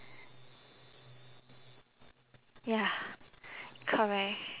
ya correct